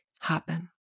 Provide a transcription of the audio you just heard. happen